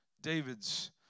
David's